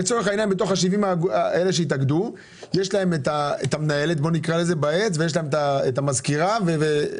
מתוך תקציבים שנשמרו כבר בבניית התקציב.